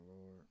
lord